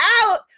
out